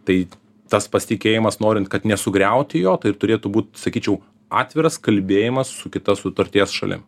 tai tas pasitikėjimas norint kad nesugriauti jo tai ir turėtų būt sakyčiau atviras kalbėjimas su kita sutarties šalim